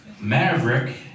Maverick